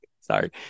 Sorry